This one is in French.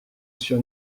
sur